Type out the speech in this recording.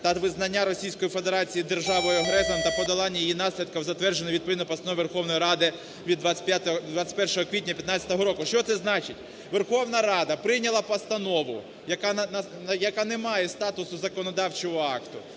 та визнання Російської Федерації державою-агресором та подолання її наслідків затверджено відповідною Постановою Верховної Ради від 25… 21 квітня 2015 року". Що це значить? Верховна Рада прийняла постанову, яка не має статусу законодавчого акту.